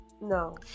No